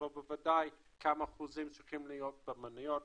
אבל בוודאי כמה אחוזים צריכים להיות במניות,